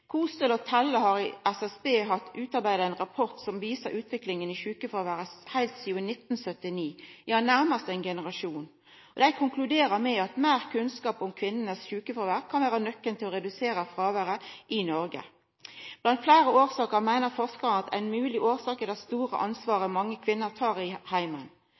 og Telle i SSB har utarbeidd ein rapport som viser utviklinga i sjukefråværet heilt sidan 1979, ja nærmast ein generasjon. Dei konkluderer med at meir kunnskap om kvinnenes sjukefråvær kan vera nøkkelen til å redusera fråværet i Noreg. Blant fleire årsaker meiner forskarar at ein mogleg årsak er det store ansvaret mange kvinner tar i